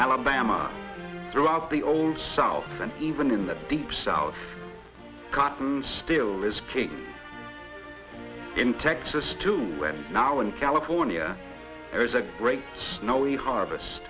alabama throughout the old south and even in the deep south cotton still is king in texas too and now in california there is a great snowy harvest